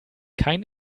kein